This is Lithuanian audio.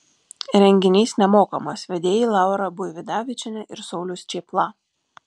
renginys nemokamas vedėjai laura buividavičienė ir saulius čėpla